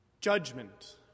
Judgment